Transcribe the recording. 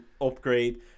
upgrade